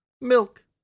Milk